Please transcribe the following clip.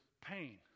pain